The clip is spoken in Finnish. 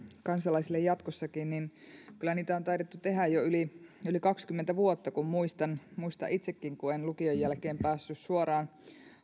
kansalaisille jatkossakin kyllä niitä on taidettu tehdä jo yli yli kaksikymmentä vuotta muistan itsekin kun en lukion jälkeen päässyt suoraan